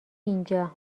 اینجا